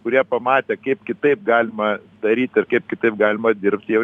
kurie pamatę kaip kitaip galima daryti ir kaip kitaip galima dirbt jau